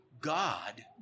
God